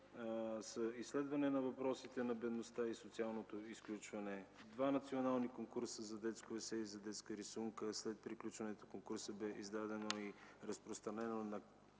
са изследване на въпросите на бедността и социалното изключване, два национална конкурса за детско есе и детска рисунка (след приключването на конкурса бе издадено и разпространено на